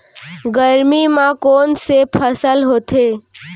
गरमी मा कोन से फसल होथे?